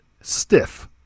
stiff